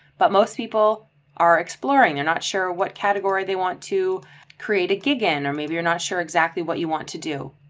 but most people are exploring or not sure what category they want to create a gig in or maybe you're not sure exactly what you want to do.